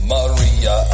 Maria